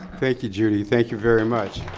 thank you, judy. thank you very much.